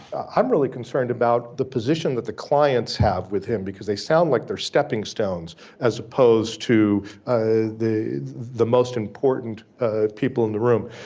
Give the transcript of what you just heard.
i'm really concerned about the position that the clients have with him, because they sound like they're stepping stones as opposed to ah the the most important people in the room.